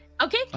Okay